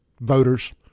voters